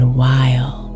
wild